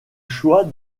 choix